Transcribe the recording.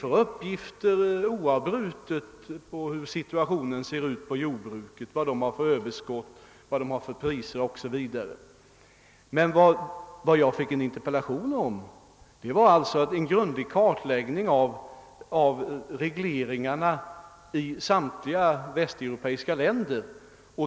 Vi får oavbrutet uppgifter om situationen inom jordbruket, överskottet där, priser o.s.v. Men vad som begärdes i interpellationen var en grundlig kartläggning av regleringarna i samtliga västeuropeiska länder.